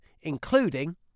including